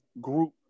group